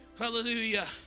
Hallelujah